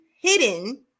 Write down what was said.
hidden